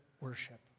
worship